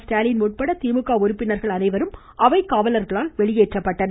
ஸ்டாலின் உட்பட திமுக உறுப்பினர்கள் அனைவரும் அவைக்காவலர்களால் வெளியேற்றப்பட்டனர்